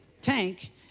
tank